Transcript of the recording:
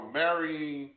marrying